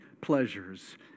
pleasures